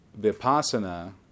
vipassana